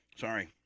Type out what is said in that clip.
Sorry